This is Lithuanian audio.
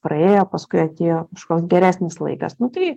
praėjo paskui atėjo kažkoks geresnis laikas nu tai